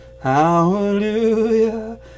hallelujah